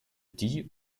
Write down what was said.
die